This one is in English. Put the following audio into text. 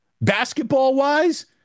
basketball-wise